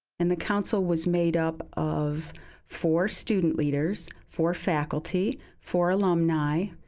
and the council was made up of four student leaders, four faculty, four alumni,